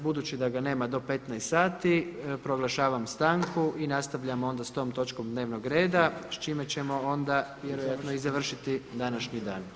Budući da ga nema do 15 sati proglašavam stanku i nastavljamo onda s tom točkom dnevnog reda s čime ćemo onda vjerojatno i završiti današnji dan.